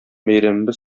бәйрәмебез